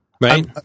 right